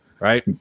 Right